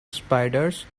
spiders